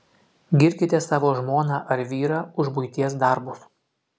girkite savo žmoną ar vyrą už buities darbus